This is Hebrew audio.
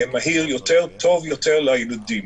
מהיר יותר, טוב יותר לילדים.